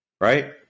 right